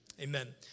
Amen